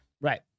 right